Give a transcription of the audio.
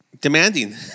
demanding